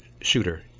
shooter